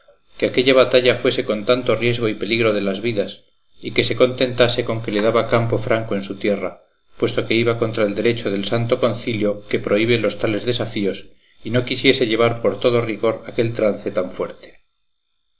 que aquella batalla fuese con tanto riesgo y peligro de las vidas y que se contentase con que le daba campo franco en su tierra puesto que iba contra el decreto del santo concilio que prohíbe los tales desafíos y no quisiese llevar por todo rigor aquel trance tan fuerte